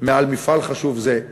מעל מפעל חשוב זה.